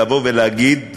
לבוא ולהגיד,